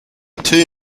two